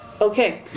Okay